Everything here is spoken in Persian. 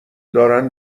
دارن